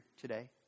today